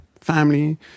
family